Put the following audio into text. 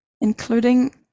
including